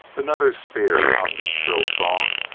another spear hummed its shrill song,